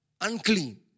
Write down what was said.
Unclean